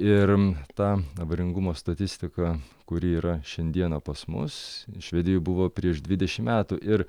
ir ta avaringumo statistika kuri yra šiandieną pas mus švedijoj buvo prieš dvidešimt metų ir